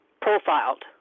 profiled